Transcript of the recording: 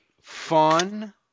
fun